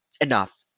enough